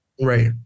Right